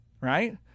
right